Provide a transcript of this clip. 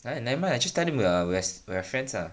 !aiya! nevermind just tell them we~ we're friends ah